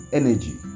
energy